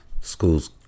school's